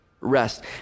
rest